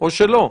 או שלא?